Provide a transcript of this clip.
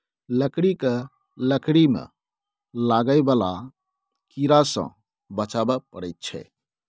लकड़ी केँ लकड़ी मे लागय बला कीड़ा सँ बचाबय परैत छै